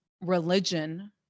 religion